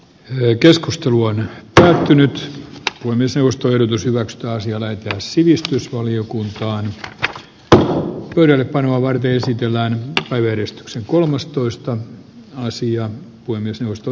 ey keskustelu on käyty nyt on myös juustoyritys hyvä ekstaasi on että sivistysvaliokuntaan jo yhden vanhala esitellään yhdistyksen kolmastoista naisia kuin myös nosto